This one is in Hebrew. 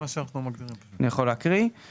אני יכול להקריא?